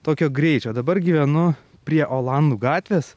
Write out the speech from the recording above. tokio greičio dabar gyvenu prie olandų gatvės